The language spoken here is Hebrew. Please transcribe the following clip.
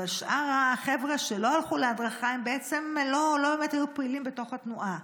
שאר החבר'ה שלא הלכו להדרכה לא היו פעילים בתוך התנועה.